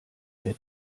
der